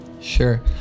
Sure